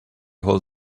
hold